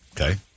Okay